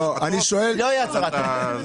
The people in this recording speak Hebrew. לא תהיה הצהרת הון.